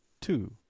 Two